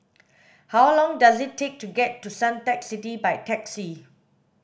how long does it take to get to Suntec City by taxi